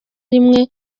rimwe